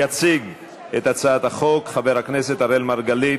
יציג את הצעת החוק חבר הכנסת אראל מרגלית.